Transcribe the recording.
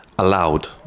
allowed